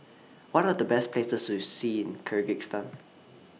What Are The Best Places to See in Kyrgyzstan